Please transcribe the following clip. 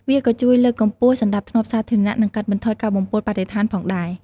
វាក៏ជួយលើកកម្ពស់សណ្តាប់ធ្នាប់សាធារណៈ និងកាត់បន្ថយការបំពុលបរិស្ថានផងដែរ។